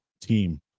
team